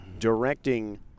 directing